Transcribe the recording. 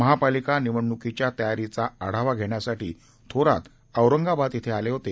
महापालिका निवडणुकीच्या तयारीचा आढावा घेण्यासाठी थोरात औरंगाबाद येथे आले होते